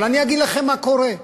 אבל אני אגיד לכם מה קורה.